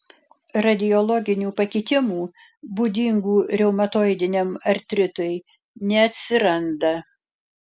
radiologinių pakitimų būdingų reumatoidiniam artritui neatsiranda